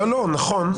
נכון,